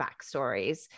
backstories